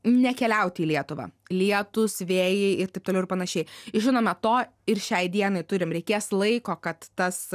nekeliauti į lietuvą lietūs vėjai ir taip toliau ir panašiai žinoma to ir šiai dienai turim reikės laiko kad tas